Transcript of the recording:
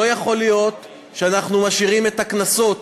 לא יכול להיות שאנחנו משאירים את הקנסות